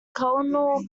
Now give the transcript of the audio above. colonel